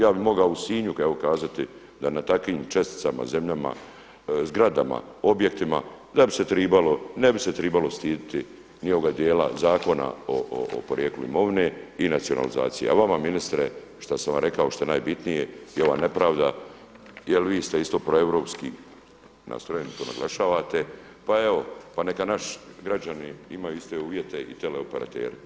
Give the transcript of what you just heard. Ja bih mogao u Sinju evo kazati da na takvim česticama, zemljama, zgradama, objektima da bi se trebalo, ne bi se trebalo stidjeti ni ovoga dijela Zakona o porijeklu imovine i nacionalizacije, a vama ministre što sam vam rekao što je najbitnije i ova nepravda jer vi ste isto proeuropski nastrojeni to naglašavate, pa evo pa neka naši građani imaju iste uvjete i teleoperateri.